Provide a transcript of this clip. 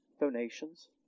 donations